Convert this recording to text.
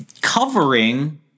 covering